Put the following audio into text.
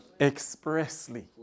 Expressly